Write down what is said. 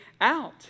out